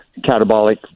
catabolic